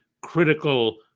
critical